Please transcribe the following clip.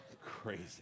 Crazy